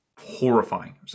horrifying